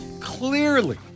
Clearly